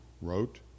wrote